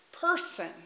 person